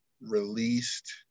released